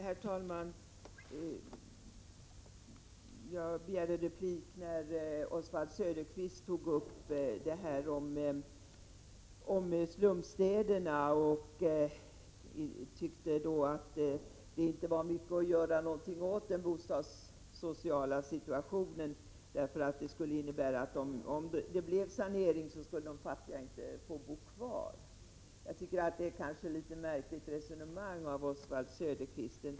Herr talman! Jag begärde replik när Oswald Söderqvist tog upp slumstäderna och sade att den bostadssociala situationen inte var mycket att göra någonting åt, därför att en sanering skulle innebära att de fattiga inte fick bo kvar. Det är ett märkligt resonemang.